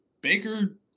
Baker